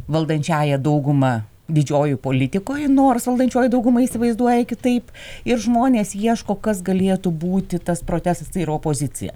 valdančiąja dauguma didžiojoj politikoj nors valdančioji dauguma įsivaizduoja kitaip ir žmonės ieško kas galėtų būti tas protestas tai yra opozicija